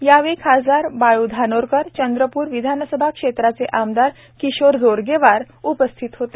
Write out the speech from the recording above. यावेळी खासदार बाळू धानोरकर चंद्रपूर विधानसभा क्षेत्राचे आमदार किशोर जोरगेवारउपस्थिती होती